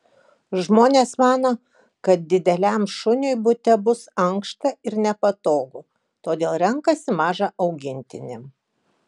žmonės mano kad dideliam šuniui bute bus ankšta ir nepatogu todėl renkasi mažą augintinį